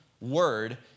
word